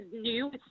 new